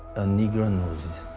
a negro nose.